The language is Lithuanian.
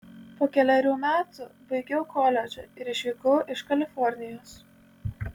po kelerių metų baigiau koledžą ir išvykau iš kalifornijos